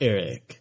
Eric